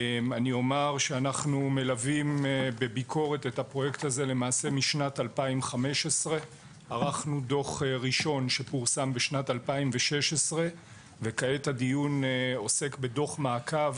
אני אומר שאנחנו מלווים בביקורת את הפרויקט הזה למעשה משנת 2015. ערכנו דוח ראשון שפורסם בשנת 2016 וכעת הדיון עוסק בדוח מעקב